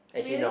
really